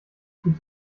tut